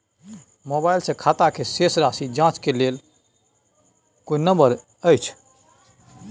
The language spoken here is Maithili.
मोबाइल से खाता के शेस राशि जाँच के लेल कोई नंबर अएछ?